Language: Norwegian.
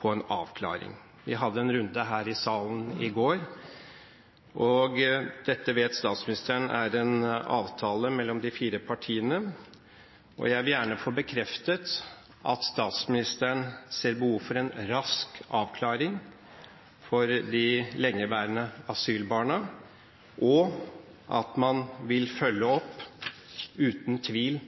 på en avklaring. Vi hadde en runde her i salen i går, og dette vet statsministeren er en avtale mellom de fire partiene. Jeg vil gjerne få bekreftet at statsministeren ser behovet for en rask avklaring for de lengeværende asylbarna, og at man vil følge opp uten tvil